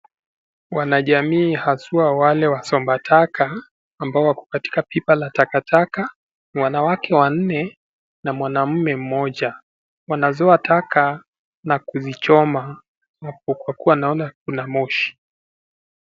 Wanajamii haswa walewasomba taka, ambao wako katika pipa la taka, wanawake wanne na mwanaume moja, wanazoa taka na kuzichoma kwa kuwa naona kuna moshi.